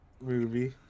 movie